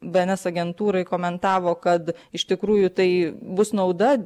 bns agentūrai komentavo kad iš tikrųjų tai bus nauda